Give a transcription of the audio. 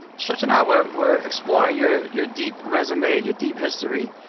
and stretch and i were were exploring your your deep resume, your deep history.